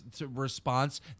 response